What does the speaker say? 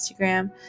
Instagram